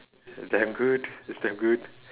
damn good it's damn good